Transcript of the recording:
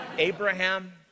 Abraham